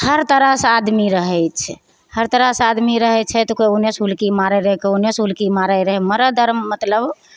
हर तरहसँ आदमी रहैत छै हर तरहसँ आदमी रहैत छै तऽ केओ ओनेसे हुलकी मारै रहै तऽ केओ ओनेसे हुलकी मारै रहै मरद आर मतलब